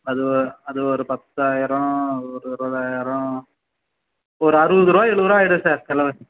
அது அது ஒரு பத்தாயிரம் அது ஒரு இருபதாயிரம் ஒரு அறுபது ருபா எழுபது ருபா ஆயிடும் சார் செலவு